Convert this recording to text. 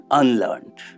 unlearned